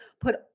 put